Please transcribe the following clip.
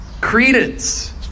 Credence